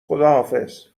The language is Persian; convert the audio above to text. خداحافظ